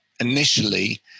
initially